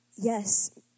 yes